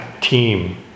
team